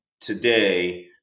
today